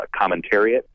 commentariat